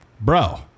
bro